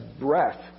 breath